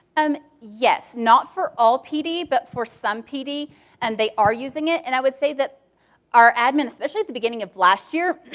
um yes. not for all pd, but for some pd and they are using it. and i would say that our admin, especially at the beginning of last year,